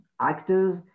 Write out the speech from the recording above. actors